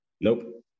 Nope